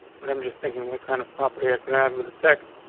but i'm just thinking what kind of property i could add with a text.